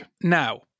Now